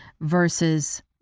versus